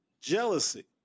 Jealousy